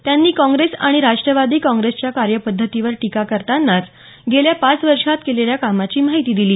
त्यांनी काँग्रेस आणि राष्ट्रवादी काँग्रेसच्या कार्यपद्धतीवर टीका करतानाच गेल्या पाच वर्षांत केलेल्या कामाची माहिती दिली